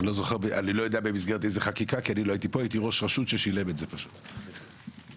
נכון שהוא גם מוריד את הכמויות ושהוא מתמודד עם הכמויות,